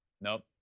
Nope